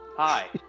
Hi